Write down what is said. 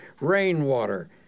rainwater